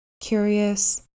curious